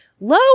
Low